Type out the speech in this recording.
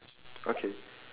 okay